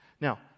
Now